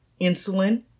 insulin